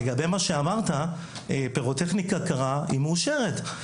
לגבי מה שאמרת, פירוטכניקה קרה היא מאושרת.